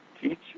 teach